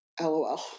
LOL